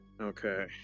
Okay